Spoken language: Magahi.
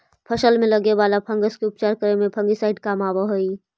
फसल में लगे वाला फंगस के उपचार करे में फंगिसाइड काम आवऽ हई